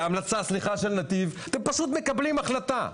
אתם פשוט מקבלים החלטה.